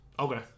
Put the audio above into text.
Okay